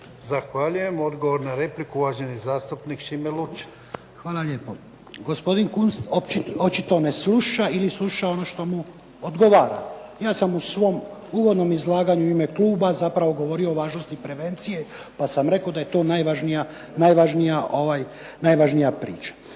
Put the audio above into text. Zahvaljujem. Odgovor na repliku, uvaženi zastupnik Šime Lučin. **Lučin, Šime (SDP)** Hvala lijepa. Gospodin Kunst očito ne sluša ili sluša ono što mu odgovara. Ja sam u svom uvodnom izlaganju u ime kluba zapravo govorio o važnosti prevencije, pa sam rekao da je to najvažnija priča.